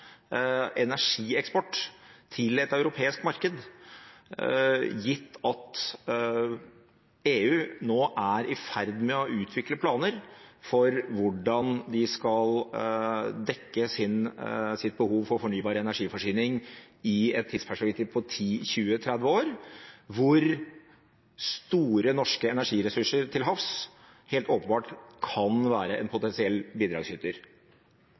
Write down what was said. ferd med å utvikle planer for hvordan de skal dekke sitt behov for fornybar energi i et tidsperspektiv på 10–20–30 år, der store norske energiressurser til havs helt åpenbart kan være en potensiell bidragsyter?